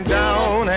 down